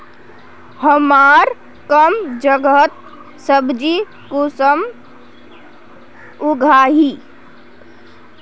हमार कम जगहत सब्जी कुंसम उगाही?